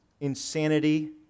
insanity